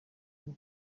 bwo